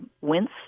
wince